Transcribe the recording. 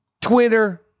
Twitter